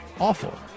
awful